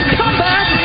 comeback